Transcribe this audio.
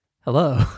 Hello